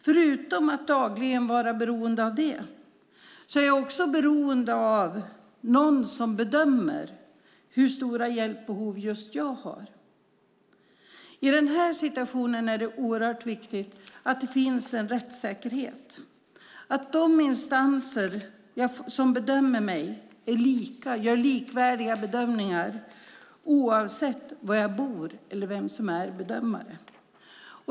Förutom att dagligen vara beroende av det är jag också beroende av någon som bedömer hur stora hjälpbehov just jag har. I den här situationen är det oerhört viktigt att det finns en rättssäkerhet, att de instanser som bedömer mig gör likvärdiga bedömningar oavsett var jag bor eller vem som är bedömare.